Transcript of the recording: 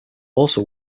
also